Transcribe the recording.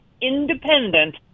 independent